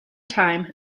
time